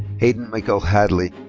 hayden michael hadley.